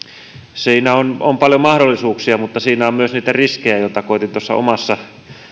siinä on on paljon mahdollisuuksia mutta siinä on myös niitä riskejä joita koetin tuossa omassa